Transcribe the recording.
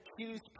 accused